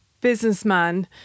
businessman